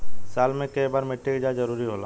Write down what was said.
साल में केय बार मिट्टी के जाँच जरूरी होला?